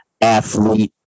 athlete